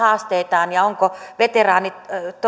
ja haasteitaan ja sitä onko veteraanit